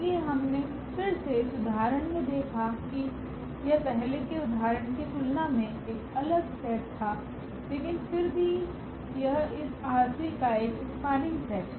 इसलिए हमने फिर से इस उदाहरण में देखा कि यह पहले के उदाहरण की तुलना में एक अलग सेट था लेकिन फिर भी यह इस ℝ3 का एक स्पनिंग सेट है